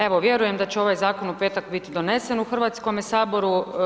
Evo, vjerujem da će ovaj zakon u petak biti donesen u Hrvatskome saboru.